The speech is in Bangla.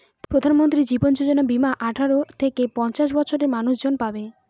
প্রধানমন্ত্রী জীবন যোজনা বীমা আঠারো থেকে পঞ্চাশ বছরের মানুষজন পাবে